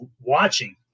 watching